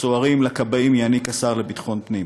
לסוהרים ולכבאים יעניק השר לביטחון הפנים,